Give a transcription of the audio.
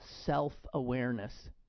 self-awareness